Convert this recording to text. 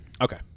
Okay